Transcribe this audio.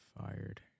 fired